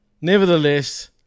Nevertheless